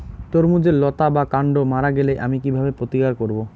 তরমুজের লতা বা কান্ড মারা গেলে আমি কীভাবে প্রতিকার করব?